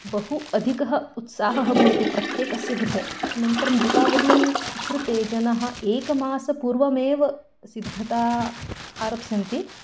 बहु अधिकः उत्साहः भवति प्रत्येकस्य गृहे अनन्तरं दीपावली कृते जनः एकमासपूर्वमेव सिद्धता आरप्स्यन्ति